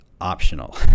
optional